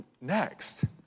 next